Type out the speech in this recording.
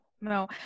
no